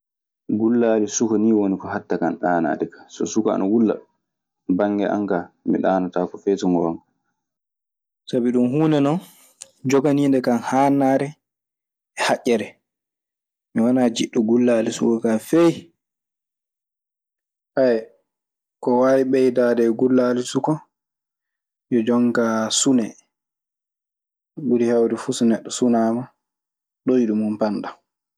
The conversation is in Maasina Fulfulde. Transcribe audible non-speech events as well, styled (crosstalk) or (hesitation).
Gullaali suka nii woni ko haɗta kan ɗaanaade kaa. So suka ana wulla, banŋe an kaa mi ɗaanotaako fey so ngoonga. Sabi ɗum huunde non joganii nde kam hannaare e haƴƴere, mi wanaa njiɗo gullaali suka fey. (hesitation) Ko waawi ɓeydeede e gullaali suka yo jon kaa sune. Ko ɓuri heewde fuu so neɗɗo sunaama, ɗoyɗi mun panɗan.